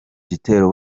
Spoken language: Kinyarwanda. gitero